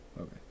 Okay